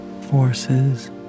forces